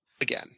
again